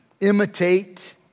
imitate